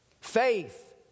faith